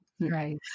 right